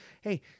hey